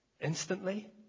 instantly